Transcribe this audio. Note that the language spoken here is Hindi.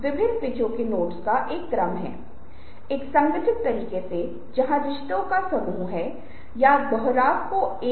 लेकिन अन्य संदर्भ भी हैं और औपचारिक समूहों में बोलना उनमें से एक है